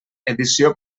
edició